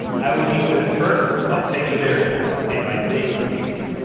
i would need to first update the variable, update my state, so to speak,